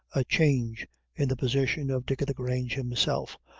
a change in the position of dick-o'-the-grange himself,